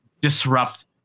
disrupt